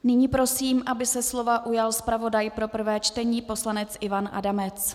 Nyní prosím, aby se slova ujal zpravodaj pro prvé čtení poslanec Ivan Adamec.